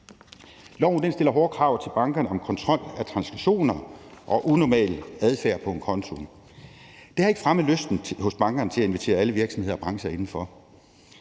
Loven stiller hårde krav til bankerne om kontrol af transaktioner og unormal adfærd på en konto. Det har ikke fremmet lysten hos bankerne til at invitere alle virksomheder og brancher indenfor.